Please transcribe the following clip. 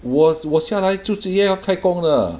我我下来做直接要开工了